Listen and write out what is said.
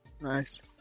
Nice